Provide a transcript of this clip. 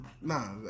Nah